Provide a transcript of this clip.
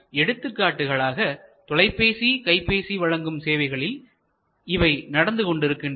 எடுத்துக்காட்டுகளாக தொலைபேசிகைபேசி வழங்கும் சேவைகளில் இவை நடந்து கொண்டிருக்கின்றன